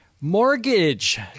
Mortgage